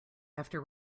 after